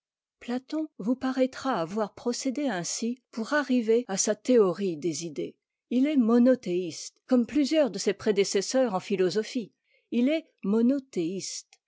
platon vous paraîtra avoir procédé ainsi pour arriver à sa théorie des idées il est monothéiste comme plusieurs de ses prédécesseurs en philosophie il est